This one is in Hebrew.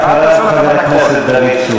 אל תעשו לכם הנחות.